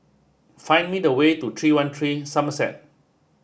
find me the way to three one three Somerset